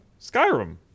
Skyrim